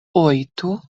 oito